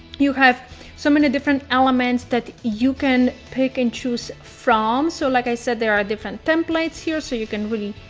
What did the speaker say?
you have so many different elements that you can pick and choose from. so like i said, there are different templates here. so you can really